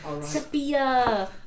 Sepia